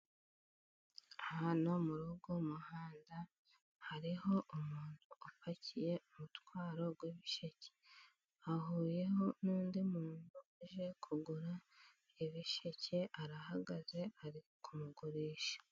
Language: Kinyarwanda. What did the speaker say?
Hano mu rugo mu muhanda, hariho umuntu upakiye umutwaro w'ibisheke, ahuye nundi muntu uje kugura ibisheke, arahagaze ari kumugurisha.